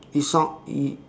it sound it